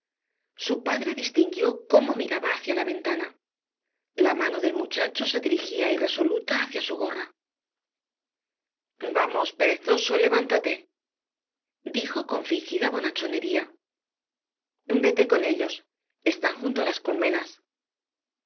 su padre distinguió cómo miraba hacia la ventana la mano del muchacho se dirigía irresoluta hacia su gorra vamos perezoso levántate dijo con fingida bonachonería vete con ellos están junto a las colmenas